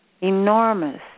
enormous